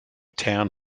town